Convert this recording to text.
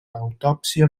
autòpsia